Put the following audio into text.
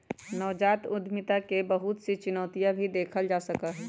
नवजात उद्यमिता में बहुत सी चुनौतियन के भी देखा जा सका हई